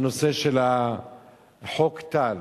חוק טל.